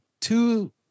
two